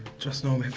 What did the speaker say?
just now